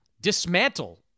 dismantle